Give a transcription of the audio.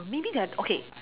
or maybe they're okay